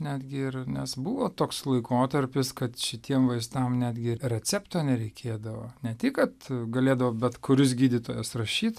netgi ir nes buvo toks laikotarpis kad šitiem vaistam netgi recepto nereikėdavo ne tik kad galėdavo bet kuris gydytojas rašyt